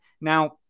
now